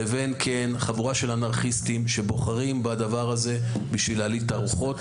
לבין חבורה של אנרכיסטים שבוחרים בדבר הזה בשביל להלהיט את הרוחות,